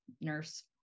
nurse